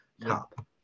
top